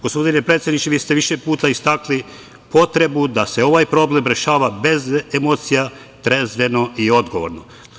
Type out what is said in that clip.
Gospodine predsedniče, vi ste više puta istakli potrebu da se ovaj problem rešava bez emocija, trezveno i odgovorno.